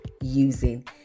using